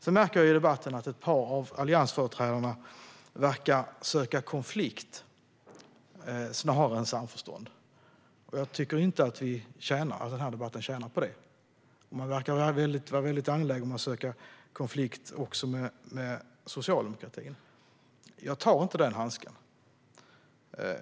Sedan märker jag i debatten att ett par av alliansföreträdarna verkar söka konflikt snarare än samförstånd. Jag tycker inte att den här debatten tjänar på det. Man verkar vara väldigt angelägen om att söka konflikt också med socialdemokratin. Jag tar inte upp den handsken.